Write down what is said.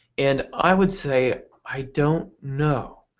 and i would say i don't know.